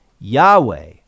Yahweh